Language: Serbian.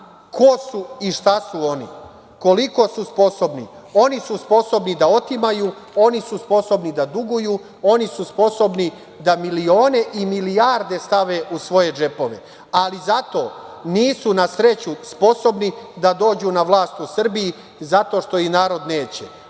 ko su i šta su oni, koliko su sposobni. Oni su sposobni da otimaju, oni su sposobni da duguju, oni su sposobni da milione i milijarde stave u svoje džepove. Ali zato nisu, na sreću, sposobni da dođu na vlast u Srbiji, zato što ih narod neće.